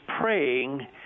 praying